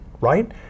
right